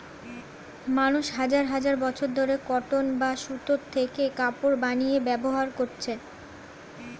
মানুষ হাজার হাজার বছর ধরে কটন বা সুতো থেকে কাপড় বানিয়ে ব্যবহার করছে